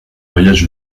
voyage